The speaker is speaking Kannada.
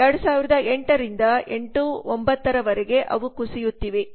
2008 ರಿಂದ 2008 09ರವರೆಗೆ ಅವು ಕುಸಿಯುತ್ತಿವೆ